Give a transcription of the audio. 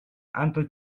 entre